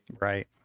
Right